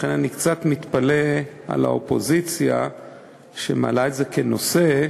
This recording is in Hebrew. לכן אני קצת מתפלא על האופוזיציה שמעלה את זה כנושא.